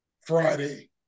Friday